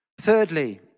Thirdly